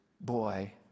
boy